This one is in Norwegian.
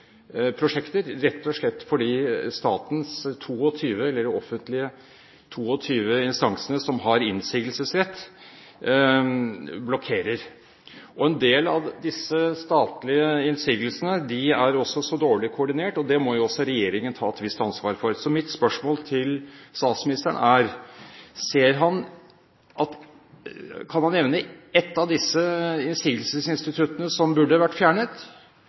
rett og slett fordi de 22 offentlige instansene som har innsigelsesrett, blokkerer. En del av disse statlige innsigelsene er også dårlig koordinert. Det må også regjeringen ta et visst ansvar for. Så mitt spørsmål til statsministeren er: Kan han nevne ett av disse innsigelsesinstituttene som burde vært fjernet?